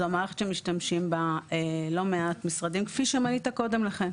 זו המערכת שמשתמשים בה לא מעט משרדים כפי שמנית קודם לכן.